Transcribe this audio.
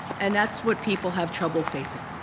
and that's what people have trouble facing.